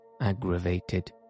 Aggravated